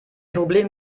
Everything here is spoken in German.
problem